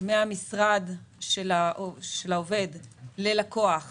מן המשרד של העובד ללקוח ובחזרה,